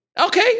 okay